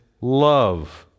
Love